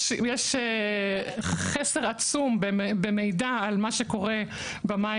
יש חסר עצום במידע על מה שקורה במים